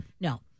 No